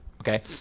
okay